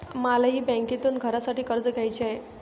मलाही बँकेतून घरासाठी कर्ज घ्यायचे आहे